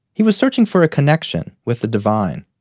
he was searching for a connection with the divine.